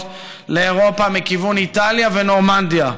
לאירופה מכיוון איטליה ונורמנדיה.